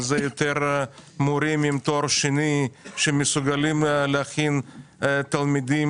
יותר מורים עם תואר שני שמסוגלים להכין תלמידים